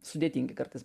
sudėtingi kartais